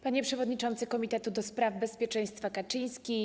Panie Przewodniczący Komitetu do spraw Bezpieczeństwa Narodowego Kaczyński!